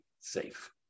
safe